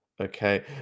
Okay